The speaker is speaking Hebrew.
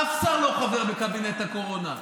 אף שר לא חבר בקבינט הקורונה.